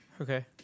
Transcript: Okay